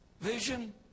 vision